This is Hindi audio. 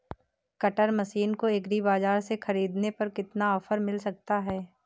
कटर मशीन को एग्री बाजार से ख़रीदने पर कितना ऑफर मिल सकता है?